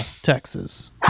Texas